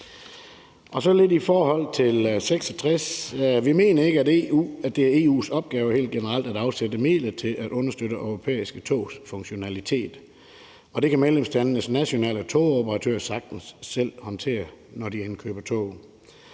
jeg sige lidt i forhold til B 66. Vi mener helt generelt ikke, at det er EU's opgave at afsætte midler til at understøtte europæiske togs funktionalitet. Det kan medlemslandenes nationale togoperatører sagtens selv håndtere, når de indkøber tog.